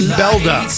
belda